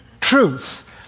truth